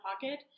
pocket